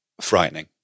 frightening